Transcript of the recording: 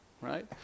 right